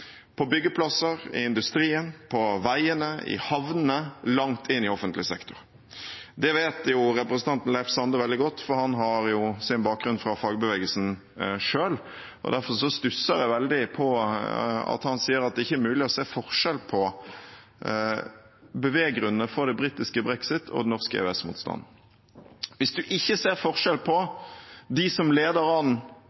på byggeplasser, i industrien, på veiene, i havnene og langt inn i offentlig sektor. Det vet jo representanten Leif Sande veldig godt, for han har selv sin bakgrunn fra fagbevegelsen. Derfor stusser jeg veldig på at han sier at det ikke er mulig å se forskjell på beveggrunnene for det britiske brexit og den norske EØS-motstanden. Hvis man ikke ser forskjell på